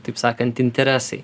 taip sakant interesai